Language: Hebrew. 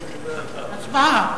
הצבעה.